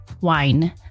wine